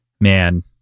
man